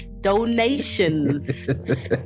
donations